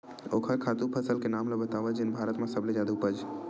ओखर खातु फसल के नाम ला बतावव जेन भारत मा सबले जादा उपज?